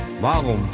Warum